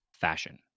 fashion